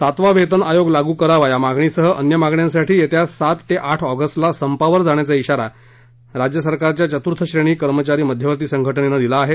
सातवा वेतन आयोग लागू करावा या मागणीसह अन्य मागण्यांसाठी येत्या सात ते आठ ऑगस्टला संपावर जाण्याचा इशारा राज्य सरकारी चतुर्थ श्रेणी कर्मचारी मध्यवर्ती संघटनेनं दिला आहे